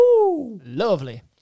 Lovely